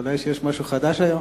אולי יש משהו חדש היום?